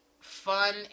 fun